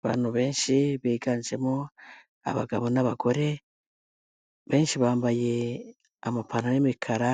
Abantu benshi biganjemo abagabo n'abagore, benshi bambaye amapantaro y'imikara